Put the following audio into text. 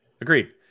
Agreed